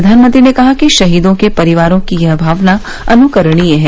प्रधानमंत्री ने कहा कि शहीदों के परिवारों की यह भावना अनुकरणीय है